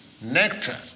nectar